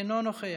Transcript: אינו נוכח,